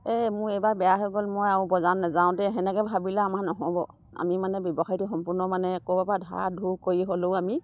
এই মোৰ এইবাৰ বেয়া হৈ গ'ল মই আৰু বজাৰ নেযাওঁদে সেনেকে ভাবিলে আমাৰ নহ'ব আমি মানে ব্যৱসায়টো সম্পূৰ্ণ মানে ক'ৰ পৰা ধাৰ ধুৰ কৰি হ'লেও আমি